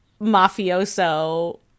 mafioso